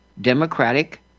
Democratic